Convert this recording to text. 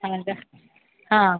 ಹಾಂ ಮತ್ತೆ ಹಾಂ